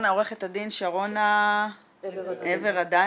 עורכת הדין שרונה עבר הדני,